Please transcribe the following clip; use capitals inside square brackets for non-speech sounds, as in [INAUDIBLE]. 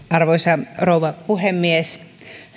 [UNINTELLIGIBLE] arvoisa rouva puhemies